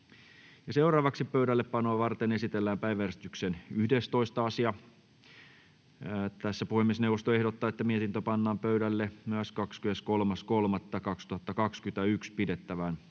— Kiitos. Pöydällepanoa varten esitellään päiväjärjestyksen 11. asia. Puhemiesneuvosto ehdottaa, että mietintö pannaan pöydälle 23.3.2021 pidettävään